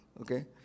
Okay